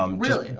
um really?